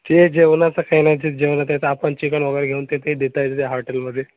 ते जेवणाचं काय नाही तेच जेवणात आपण चिकन वगैरे घेऊन ते ते देता येत त्या हॉटेलमध्ये